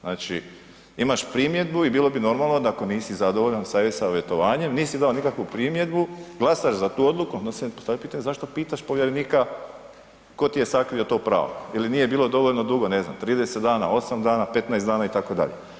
Znači imaš primjedbu i bilo bi normalno da ako nisi zadovoljan sa e-savjetovanjem nisi dao nikakvu primjedbu, glasaš za tu odluku, onda se postavlja pitanje zašto pitaš povjerenika tko ti je sakrio to pravo. ili nije bilo dovoljno dugo, ne znam 30 dana, 8 dana, 15 dana itd.